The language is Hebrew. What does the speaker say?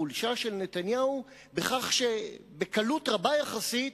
החולשה של נתניהו בכך שבקלות רבה יחסית